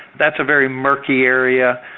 that's a very murky area,